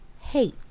hate